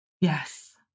Yes